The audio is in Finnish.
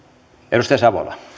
arvoisa